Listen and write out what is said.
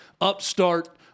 upstart